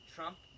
Trump